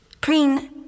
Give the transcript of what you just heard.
Preen